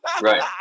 Right